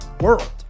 World